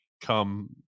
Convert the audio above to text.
come